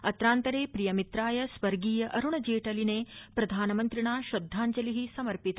अत्रान्तरे प्रियमित्राय स्वर्गीय अरूण जेटलिने प्रधानमन्त्रिणा श्रद्धांजलि समर्पित